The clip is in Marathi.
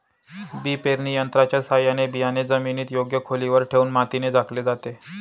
बी पेरणी यंत्राच्या साहाय्याने बियाणे जमिनीत योग्य खोलीवर ठेवून मातीने झाकले जाते